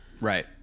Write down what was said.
right